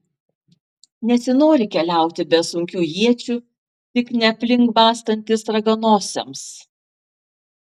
nesinori keliauti be sunkių iečių tik ne aplink bastantis raganosiams